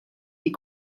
die